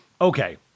Okay